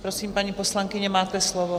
Prosím, paní poslankyně, máte slovo.